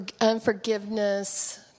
unforgiveness